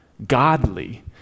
Godly